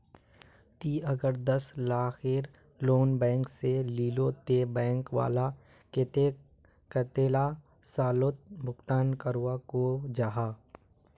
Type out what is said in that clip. ती अगर दस लाखेर लोन बैंक से लिलो ते बैंक वाला कतेक कतेला सालोत भुगतान करवा को जाहा?